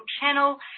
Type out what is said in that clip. channel